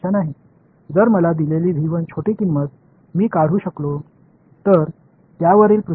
என்னால் அகற்ற முடிந்தால் அதற்காக சிறிய விலையாக மேற்பரப்பு புலங்களை செலுத்த வேண்டி இருக்கும்